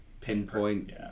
pinpoint